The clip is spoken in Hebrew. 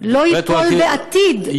לא ייפול בעתיד,